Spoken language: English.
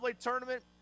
tournament